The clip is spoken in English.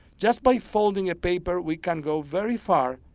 just by folding a paper we can go very far,